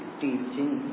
teaching